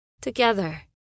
together